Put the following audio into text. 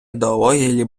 ідеологія